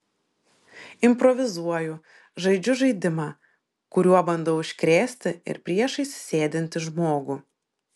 improvizuoju žaidžiu žaidimą kuriuo bandau užkrėsti ir priešais sėdintį žmogų